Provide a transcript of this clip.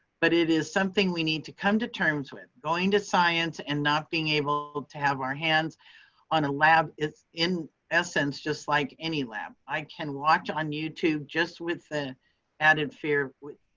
but it is something we need to come to terms with going to science and not being able to have our hands on a lab is in essence, just like any lab. i can watch on youtube just with the added fear